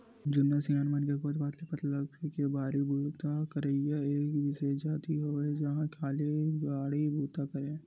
जुन्ना सियान मन के गोठ बात ले पता लगथे के बाड़ी बूता करइया एक बिसेस जाति होवय जेहा खाली बाड़ी बुता करय